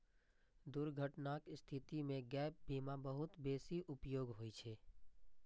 दुर्घटनाक स्थिति मे गैप बीमा बहुत बेसी उपयोगी होइ छै